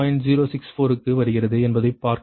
064 க்கு வருகிறது என்பதைப் பார்க்கவும்